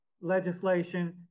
legislation